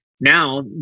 Now